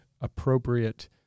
appropriate